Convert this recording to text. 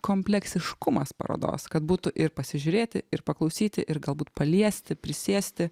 kompleksiškumas parodos kad būtų ir pasižiūrėti ir paklausyti ir galbūt paliesti prisėsti